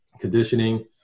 conditioning